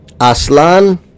Aslan